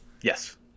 Yes